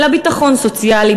אלא ביטחון סוציאלי,